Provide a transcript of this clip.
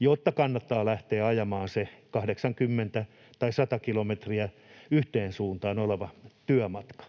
jotta kannattaa lähteä ajamaan se 80 tai 100 kilometriä yhteen suuntaan oleva työmatka.